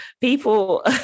People